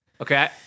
Okay